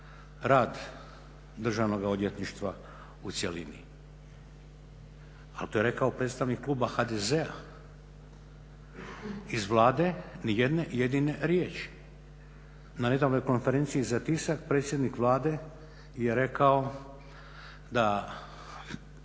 rad Državno odvjetništva u cjelini. Ali to je rekao predstavnik kluba HDZ-a, iz Vlade ni jedne jedine riječi. Na nedavnoj konferenciji za tisak predsjednik Vlade je rekao da